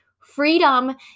Freedom